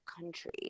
country